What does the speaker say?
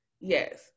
yes